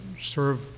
serve